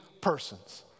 persons